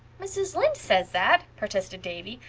mrs. lynde says that, protested davy.